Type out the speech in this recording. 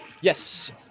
Yes